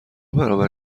برابر